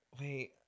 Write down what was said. wait